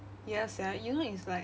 ya sia you know it's like